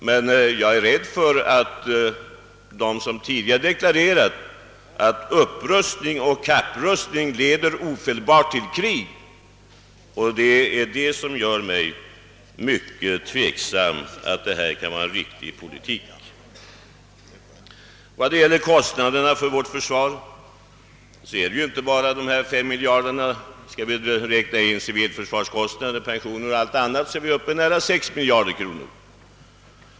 Jag är emellertid rädd för att de har rätt som tidigare deklarerat, att upprustning och kapprustning ofelbart leder till krig, och det är det som gör mig mycket tveksam om att vad man nu går in för kan vara en riktig politik. Kostnaderna för försvaret uppgår ju inte bara till de 5 miljarder som det här talas om. Om vi räknar med civilförsvarskostnader, pensioner och mycket annat, så är vi uppe i nära 6 miljarder kronor.